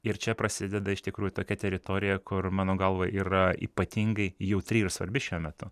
ir čia prasideda iš tikrųjų tokia teritorija kur mano galvai yra ypatingai jautri ir svarbi šiuo metu